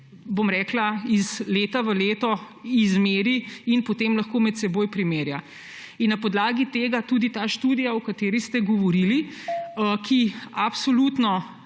dosežke iz leta v leto izmeri in potem lahko med seboj primerja. Na podlagi tega je tudi ta študija, o kateri ste govorili in ki absolutno